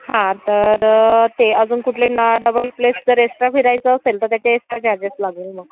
हां तर ते अजून कुठले न डबल प्लेस जर एक्स्ट्रा फिरायचं असेल तर त्याचे एक्स्ट्रा चार्जेस लागेल मग